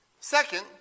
Second